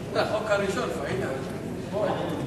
חברי השרים,